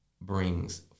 brings